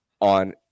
on